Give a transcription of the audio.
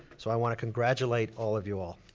so i wanna congratulate all of you all.